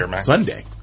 Sunday